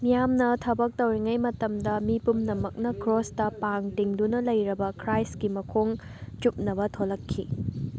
ꯃꯤꯌꯥꯝꯅ ꯊꯕꯛ ꯇꯧꯔꯤꯉꯩ ꯃꯇꯝꯗ ꯃꯤ ꯄꯨꯝꯅꯃꯛꯅ ꯀ꯭ꯔꯣꯁꯇ ꯄꯥꯡ ꯇꯤꯡꯗꯨꯅ ꯂꯩꯔꯕ ꯈ꯭ꯔꯥꯏꯁꯀꯤ ꯃꯈꯣꯡ ꯆꯨꯞꯅꯕ ꯊꯣꯛꯂꯛꯈꯤ